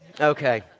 Okay